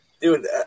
dude